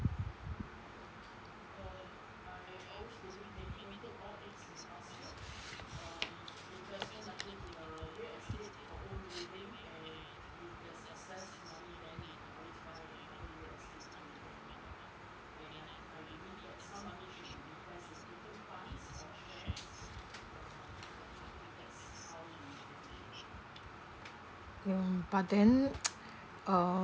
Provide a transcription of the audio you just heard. mm but then uh